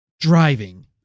driving